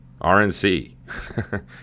RNC